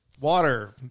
Water